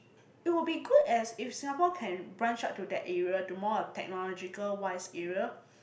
it will be good as if Singapore can branch ah to that area to more a technological wise area